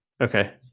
Okay